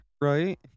right